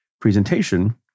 presentation